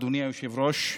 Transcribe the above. אדוני היושב-ראש,